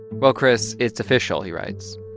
well, chris, it's official, he writes.